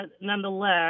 nonetheless